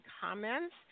comments